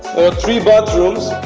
are three bathrooms